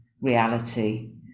reality